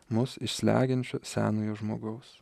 mus iš slegiančio senojo žmogaus